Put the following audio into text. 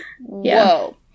Whoa